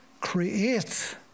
Create